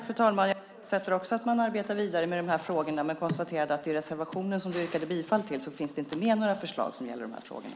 Fru talman! Jag förutsätter också att man arbetar vidare med de här frågorna men konstaterar att det i den reservation som Per Bolund yrkade bifall till inte finns med några förslag som gäller de här frågorna.